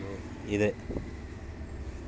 ಹತ್ತಿಯಲ್ಲಿ ಹೈಬ್ರಿಡ್ ತಳಿ ಇದೆಯೇ?